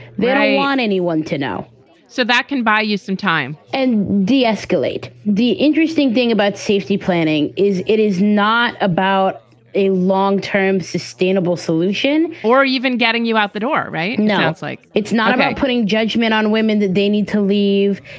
then i want anyone to know so that can buy you some time and de-escalate. the interesting thing about safety planning is it is not about a long term sustainable solution or even getting you out the door. right now, it's like it's not about putting judgment on women. they need to leave.